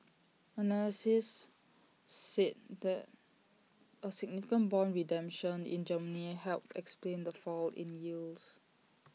analysts said that A significant Bond redemption in Germany helped explain the fall in yields